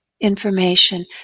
information